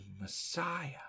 Messiah